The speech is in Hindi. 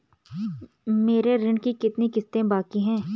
मेरे ऋण की कितनी किश्तें बाकी हैं?